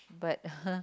but